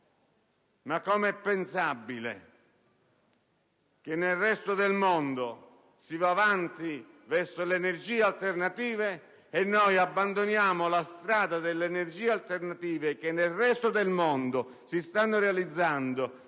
che mentre nel resto del mondo si va avanti verso le energie alternative, noi abbandoniamo la strada delle energie alternative, quelle che nel resto del mondo si stanno sfruttando